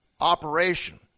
operation